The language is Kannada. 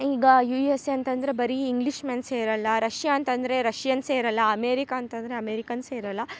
ಈಗ ಯುಎಸ್ಎ ಅಂತಂದರೆ ಬರೀ ಇಂಗ್ಲಿಷ್ ಮೆನ್ಸೆ ಇರೋಲ್ಲ ರಷ್ಯಾ ಅಂತಂದರೆ ರಷ್ಯನ್ಸೆ ಇರೋಲ್ಲ ಅಮೇರಿಕ ಅಂತಂದರೆ ಅಮೇರಿಕನ್ಸೆ ಇರೋಲ್ಲ